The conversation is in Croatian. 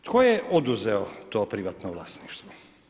Tko je oduzeo to privatno vlasništvo?